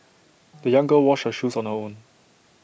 the young girl washed her shoes on her own